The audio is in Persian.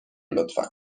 لطفا